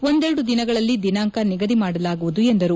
ಒಂದೆರಡು ದಿನದಲ್ಲಿ ದಿನಾಂಕ ನಿಗದಿ ಮಾಡಲಾಗುವುದು ಎಂದರು